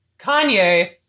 Kanye